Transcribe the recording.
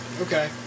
Okay